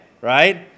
right